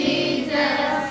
Jesus